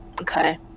Okay